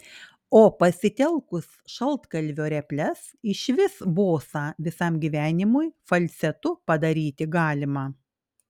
o pasitelkus šaltkalvio reples išvis bosą visam gyvenimui falcetu padaryti galima